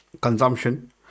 consumption